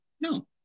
No